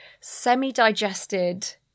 semi-digested